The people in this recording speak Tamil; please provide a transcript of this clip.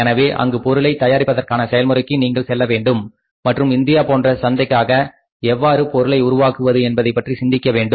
எனவே அங்கு பொருளை தயாரிப்பதற்கான செயல்முறைக்கு நீங்கள் செல்ல வேண்டும் மற்றும் இந்தியா போன்ற சந்தைக்காக எவ்வாறு பொருளை உருவாக்குவது என்பதைப்பற்றி சிந்திக்க வேண்டும்